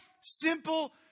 simple